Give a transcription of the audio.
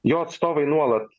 jo atstovai nuolat